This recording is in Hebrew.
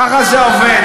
ככה זה עובד,